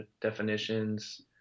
definitions